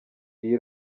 iyi